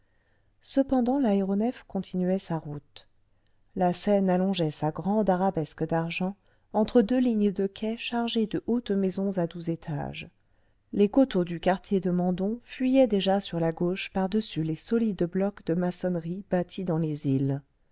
cependant l'aéronef continuait sa route la seine allongeait sa grande arabesque d'argent entre deux lignes de quais chargés de hautes maisons à douze étages les coteaux du quartier de meudon fuyaient déjà sur la le vingtième siècle gauche par-dessus les solides blocs de maçonnerie bâtis clans les îles